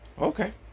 okay